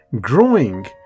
growing